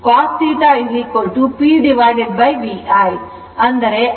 ಆದ್ದರಿಂದ ಸಕ್ರಿಯ ಶಕ್ತಿ VI cos θ ಆಗುತ್ತದೆ